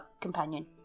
companion